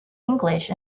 english